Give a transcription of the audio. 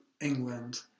England